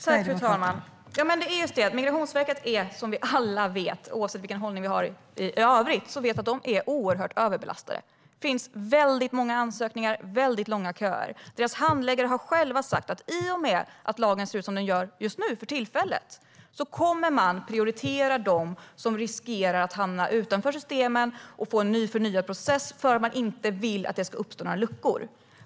Fru talman! Det är just det: Migrationsverket är som vi alla vet, oavsett vilken hållning vi har i övrigt, oerhört överbelastat. Det är väldigt många ansökningar och väldigt långa köer. Migrationsverkets handläggare har själva sagt att i och med att lagen ser ut som den gör just nu, för tillfället, kommer man att prioritera dem som riskerar att hamna utanför systemen och få en förnyad process för att man inte vill att det ska uppstå några luckor.